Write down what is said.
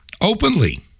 openly